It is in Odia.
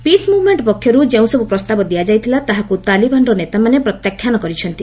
ପିସ୍ ମୁଭ୍ମେଣ୍ଟ ପକ୍ଷରୁ ଯେଉଁସବୁ ପ୍ରସ୍ତାବ ଦିଆଯାଇଥିଲା ତାହାକୁ ତାଳିବାନ୍ର ନେତାମାନେ ପ୍ରତ୍ୟାଖ୍ୟାନ କରିଛନ୍ତି